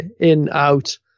in-out